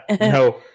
No